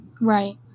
right